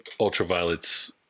Ultraviolet's